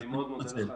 אני מודה לך.